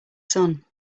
sun